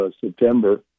September